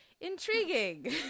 intriguing